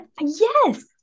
Yes